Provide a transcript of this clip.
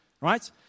right